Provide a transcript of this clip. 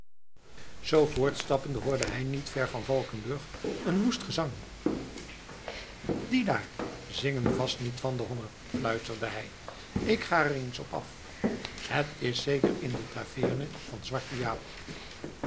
zoo voortstappende hoorde hij niet ver van valkenburg een woest gezang die daar zingen vast niet van den honger fluisterde hij ik ga er eens op af het is zeker in de taveerne van zwarte jaap